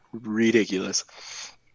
ridiculous